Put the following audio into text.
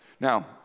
Now